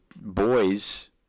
boys